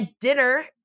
dinner